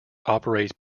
operate